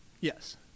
Yes